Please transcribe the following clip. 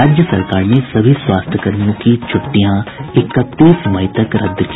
राज्य सरकार ने सभी स्वास्थ्य कर्मियों की छुट्टियां इकतीस मई तक रद्द की